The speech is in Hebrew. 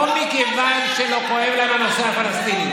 לא מכיוון שלא כואב להן הנושא הפלסטיני,